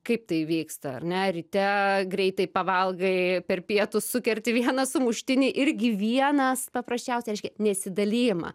kaip tai vyksta ar ne ryte greitai pavalgai per pietus sukerti vieną sumuštinį irgi vienas paprasčiausiai reiškia nesidalijama